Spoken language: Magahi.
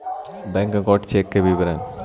बैक अकाउंट चेक का विवरण?